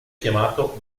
chiamato